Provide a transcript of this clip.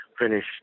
finish